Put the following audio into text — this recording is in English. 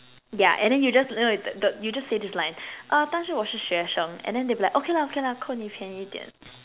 yeah and then you just no no don't don't you just say this line uh 大叔我是学生 and then they be like okay lah okay lah 扣你便宜一点